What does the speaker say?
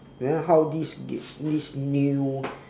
then how this this this new